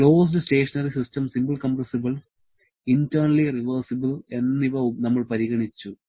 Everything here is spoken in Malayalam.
closed stationary system simple compressible internally reversible എന്നിവ നമ്മൾ പരിഗണിച്ചു